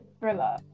thriller